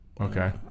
okay